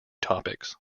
topics